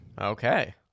Okay